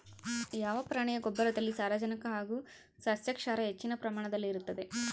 ಯಾವ ಪ್ರಾಣಿಯ ಗೊಬ್ಬರದಲ್ಲಿ ಸಾರಜನಕ ಹಾಗೂ ಸಸ್ಯಕ್ಷಾರ ಹೆಚ್ಚಿನ ಪ್ರಮಾಣದಲ್ಲಿರುತ್ತದೆ?